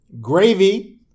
gravy